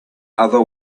other